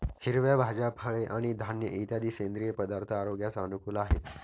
हिरव्या भाज्या, फळे आणि धान्य इत्यादी सेंद्रिय पदार्थ आरोग्यास अनुकूल आहेत